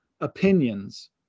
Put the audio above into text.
opinions